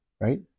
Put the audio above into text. right